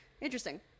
Interesting